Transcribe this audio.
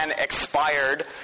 expired